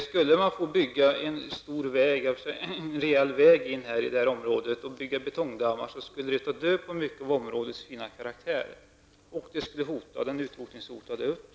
Skulle man få bygga en stor väg, en rejäl väg in i detta område och bygga betongdammar, skulle det ta död på mycket av områdets fina karaktär, och det skulle hota den utrotningshotade uttern.